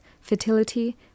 fertility